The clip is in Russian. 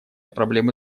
проблемы